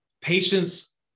patients